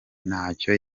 ntacyo